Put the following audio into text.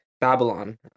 Babylon